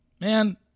man